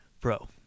Bro